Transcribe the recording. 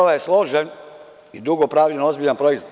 Država je složen i dugo pravljen, ozbiljan proizvod.